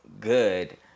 good